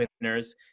winners